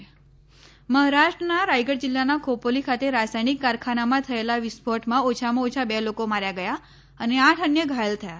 મહારાષ્ટ્ર વિસ્ફોટ મહારાષ્ટ્રના રાયગ ડ જિલ્લાના ખોપોલી ખાતે રાસાયણિક કારખાનામાં થયેલા વિસ્ફોટમાં ઓછામાં ઓછા બે લોકો માર્યા ગયા અને આઠ અન્ય ઘાયલ થયા